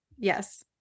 Yes